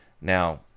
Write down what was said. now